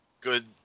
good